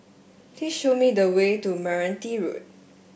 please show me the way to Meranti Road